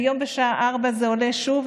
היום בשעה 16:00 זה עולה שוב,